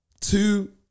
two